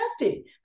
nasty